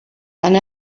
and